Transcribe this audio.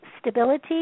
stability